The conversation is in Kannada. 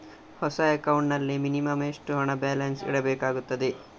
ಹೊಸ ಅಕೌಂಟ್ ನಲ್ಲಿ ಮಿನಿಮಂ ಎಷ್ಟು ಹಣ ಬ್ಯಾಲೆನ್ಸ್ ಇಡಬೇಕಾಗುತ್ತದೆ?